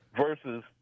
versus